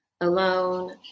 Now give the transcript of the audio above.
Alone